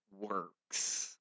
works